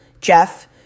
Jeff